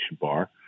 bar